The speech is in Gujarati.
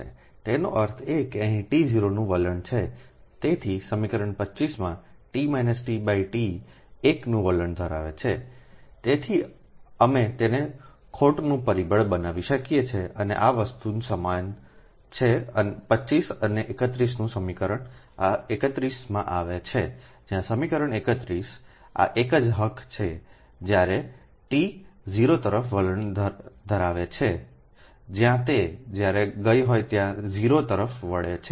તેનો અર્થ એ કે અહીં t 0 નું વલણ છે તેથી સમીકરણ 25 માં T1 નું વલણ ધરાવે છે તેથી અમે તેને ખોટનું પરિબળ બનાવી શકીએ જે આ વસ્તુની સમાન છે 25 અને 31 નું સમીકરણ આ 31 માં આવે છે જ્યાં સમીકરણ 31 આ એક જ હક છે જ્યારે t t 0તરફ વલણ ધરાવે છે જ્યાં તે જ્યારે ગઈ હોય ત્યાં 0 તરફ વળે છે